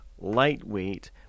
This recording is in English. lightweight